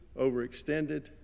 overextended